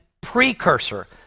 precursor